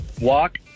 Walk